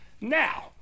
now